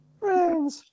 friends